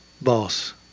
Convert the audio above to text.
boss